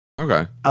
Okay